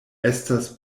estas